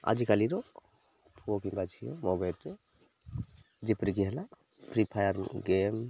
ଆଜିିକାଲିର ପୁଅ କିମ୍ବା ଝିଅ ମୋବାଇଲ୍ରେ ଯେପରିକି ହେଲା ଫ୍ରି ଫାୟାର୍ ଗେମ୍